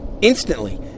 instantly